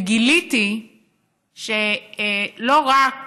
וגיליתי שלא רק